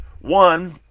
One